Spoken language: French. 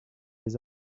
les